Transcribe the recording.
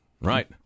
right